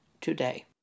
today